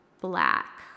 black